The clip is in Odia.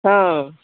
ହଁ